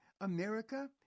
America